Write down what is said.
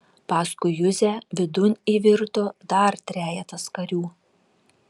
paskui juzę vidun įvirto dar trejetas karių